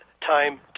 time